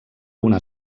una